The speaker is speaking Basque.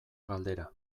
galdera